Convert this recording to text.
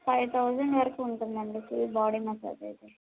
five thousand వరకు ఉంటుంది అండి ఫుల్ బాడీ మసాజ్ అయితే